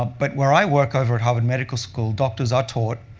ah but where i work over at harvard medical school, doctors are taught,